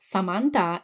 Samantha